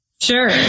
sure